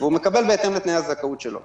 והוא מקבל בהתאם לתנאי הזכאות שלו.